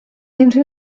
unrhyw